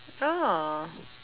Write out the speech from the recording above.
oh